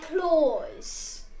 claws